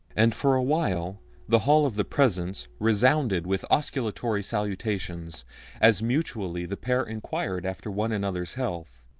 and for a while the hall of the presence resounded with osculatory salutations as mutually the pair inquired after one another's health.